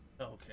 Okay